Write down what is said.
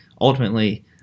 ultimately –